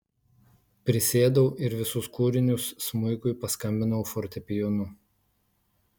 prisėdau ir visus kūrinius smuikui paskambinau fortepijonu